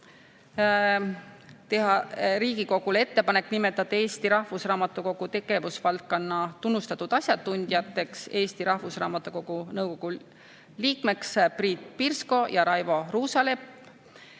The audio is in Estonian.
Teha Riigikogule ettepanek nimetada Eesti Rahvusraamatukogu tegevusvaldkonna tunnustatud asjatundjatest Eesti Rahvusraamatukogu nõukogu liikmeteks Priit Pirsko ja Raivo Ruusalepp;